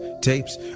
tapes